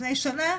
לפני שנה,